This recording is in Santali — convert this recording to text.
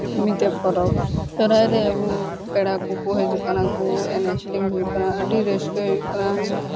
ᱢᱤᱫᱴᱮᱱ ᱯᱚᱨᱚᱵᱽ ᱥᱚᱦᱨᱟᱭ ᱨᱮ ᱟᱵᱚ ᱯᱮᱲᱟ ᱠᱚᱠᱚ ᱦᱤᱡᱩᱜ ᱠᱟᱱᱟ ᱠᱚ ᱮᱱᱮᱡ ᱥᱮᱨᱮᱧ ᱦᱩᱭᱩᱜ ᱠᱟᱱᱟ ᱟᱹᱰᱤ ᱨᱟᱹᱥᱠᱟᱹ ᱦᱩᱭᱩᱜ ᱠᱟᱱᱟ